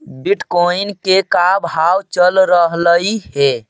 Bitcoin के का भाव चल रहलई हे?